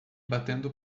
batendo